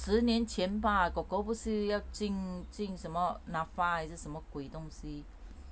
十年前吧 kor kor 不是要进进什么 NAFA 还是什么鬼东西